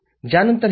तर हे संदर्भ आहेत